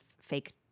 fake